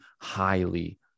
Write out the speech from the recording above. highly